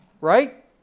Right